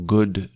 Good